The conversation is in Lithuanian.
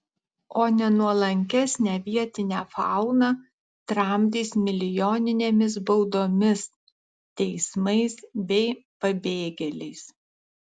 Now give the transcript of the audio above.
o nenuolankesnę vietinę fauną tramdys milijoninėmis baudomis teismais bei pabėgėliais